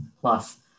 Plus